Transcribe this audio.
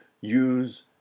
use